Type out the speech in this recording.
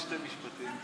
בשני משפטים.